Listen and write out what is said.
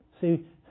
See